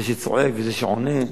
זה שצועק וזה שעונה,